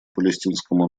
палестинскому